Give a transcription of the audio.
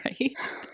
right